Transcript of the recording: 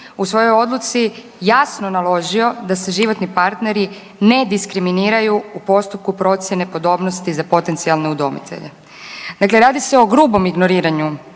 u svojoj odluci jasno naložio da se životni partneri ne diskriminiraju u postupku procjene podobnosti za potencijalne udomitelje. Dakle, radi se o grubom ignoriranju